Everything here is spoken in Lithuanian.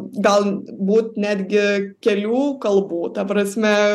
gal būt netgi kelių kalbų ta prasme